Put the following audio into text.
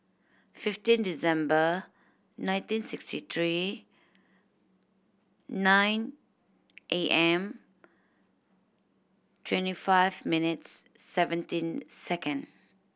fifteen December nineteen sixty three nine A M twenty five minutes seventeen second